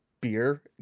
beer